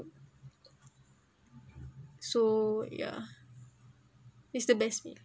so yeah is the best meal